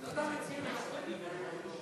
לתמיכה בחיילים משוחררים בודדים).